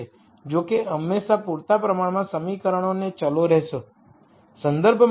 જો કે હંમેશાં પૂરતા પ્રમાણમાં સમીકરણો અને ચલો રહેશે